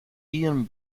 ian